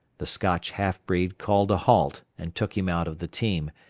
the scotch half-breed called a halt and took him out of the team,